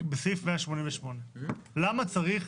בסעיף 188. למה צריך